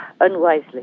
unwisely